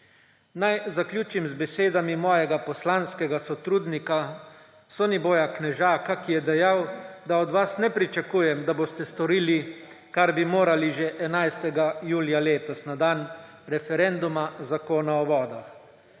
Naj zaključim z besedami mojega poslanskega sotrudnika Soniboja Knežaka, ki je dejal, da od vas ne pričakujem, da boste storili, kar bi morali že 11. julija letos, na dan referenduma Zakona o vodah.